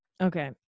okay